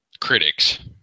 critics